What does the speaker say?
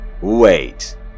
Wait